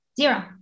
Zero